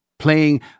Playing